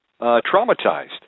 traumatized